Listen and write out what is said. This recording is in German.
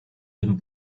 den